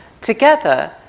together